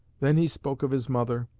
then he spoke of his mother,